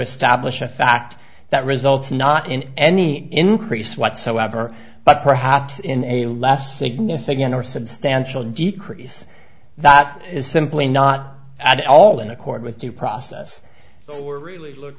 establish a fact that results not in any increase whatsoever but perhaps in a less significant or substantial decrease that is simply not at all in accord with due process we're really look